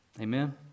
Amen